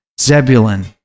Zebulun